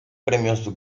premios